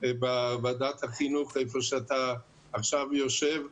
בוועדת החינוך איפה שאתה עכשיו יושב,